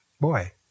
Boy